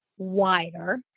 wider